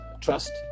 trust